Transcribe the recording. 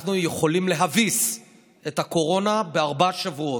אנחנו יכולים להביס את הקורונה בארבעה שבועות.